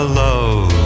love